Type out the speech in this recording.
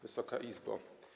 Wysoka Izbo!